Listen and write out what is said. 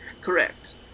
Correct